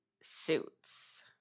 suits